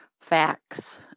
facts